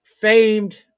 famed